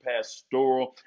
pastoral